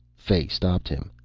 fay stopped him.